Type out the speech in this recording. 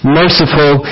merciful